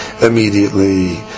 immediately